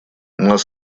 нас